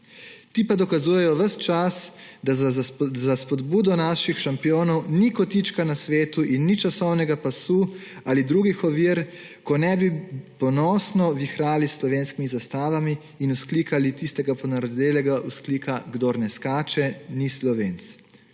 Ti pa dokazujejo ves čas, da za spodbudo naših šampionov ni kotička na svetu in ni časovnega pasu ali drugih ovir, ko ne bi ponosno vihrali s slovenskimi zastavami in vzklikali tistega ponarodelega vzklika Kdor ne skače, ni Slovenc.